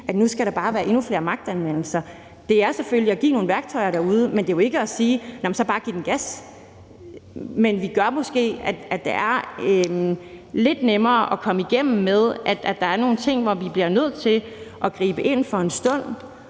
der nu bare skal være endnu mere magtanvendelse. Det drejer sig selvfølgelig om at give dem nogle værktøjer derude, men det drejer sig jo ikke om, at man siger, at de så bare skal give den gas. Men det gør måske, at det er lidt nemmere at komme igennem med, at der er nogle ting, hvor vi bliver nødt til at gribe ind for en stund,